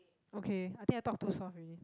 okay I think I talk too soft already